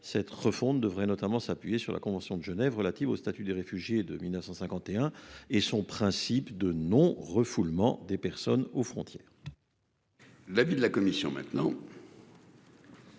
cette refonte devrait notamment s'appuyer sur la Convention de Genève relative au statut des réfugiés de 1951 et son principe de non-refoulement des personnes aux frontières. L'avis de la Commission maintenant.